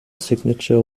signature